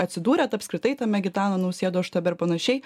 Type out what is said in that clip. atsidūrėt apskritai tame gitano nausėdos štabe ir panašiai